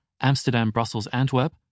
Amsterdam-Brussels-Antwerp